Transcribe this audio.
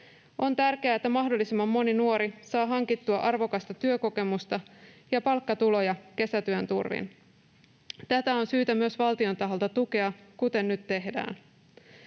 On tärkeää, että mahdollisimman moni nuori saa hankittua arvokasta työkokemusta ja palkkatuloja kesätyön turvin. Tätä on syytä myös valtion taholta tukea, kuten nyt tehdään.